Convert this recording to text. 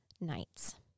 nights